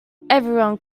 everyone